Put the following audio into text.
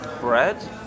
bread